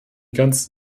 ganz